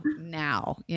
Now